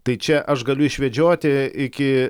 tai čia aš galiu išvedžioti iki